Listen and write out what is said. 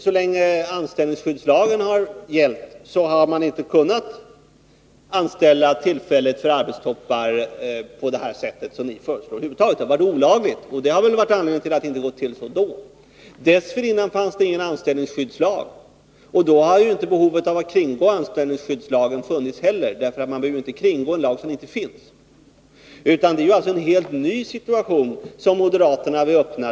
Så länge anställningsskyddslagen har gällt har man över huvud taget inte kunnat anställa tillfälligt för arbetstoppar på det sätt som ni föreslår. Det har varit olagligt, och det har väl varit anledningen till att det inte under den tiden har gått till så. Dessförinnan fanns det ingen anställningsskyddslag, och då fanns inte heller behov av att kringgå lagen. Man behöver ju inte kringgå en lag som inte finns! Det är alltså en helt ny möjlighet som moderaterna vill öppna.